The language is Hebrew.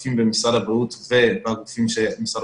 הגופים במשרד הבריאות ובגופים שמשרד